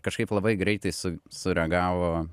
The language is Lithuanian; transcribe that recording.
kažkaip labai greitai su sureagavo